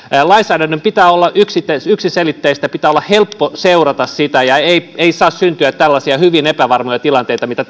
lainsäädännön pitää olla yksiselitteistä ja pitää olla helppo seurata sitä ja ei ei saa syntyä tällaisia hyvin epävarmoja tilanteita mitä